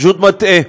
פשוט מטעה.